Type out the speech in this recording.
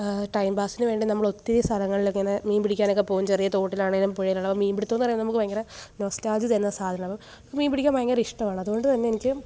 time പാസിനുവേണ്ടി നമ്മള് ഒത്തിരി സ്ഥലങ്ങളിലൊക്കെ ഇങ്ങനെ മീന് പിടിക്കാനൊക്കെ പോകും ചെറിയ തോട്ടിലാണെങ്കിലും പുഴയിലെ മീന് പിടുത്തമെന്നു പറയുന്നത് നമുക്ക് ഭയങ്കര നൊസ്റ്റാജി തരുന്ന സാധനമാണ് മീന് പിടിക്കാന് ഭയങ്കര ഇഷ്ടമാണ് അതുകൊണ്ടു തന്നെ എനിക്ക്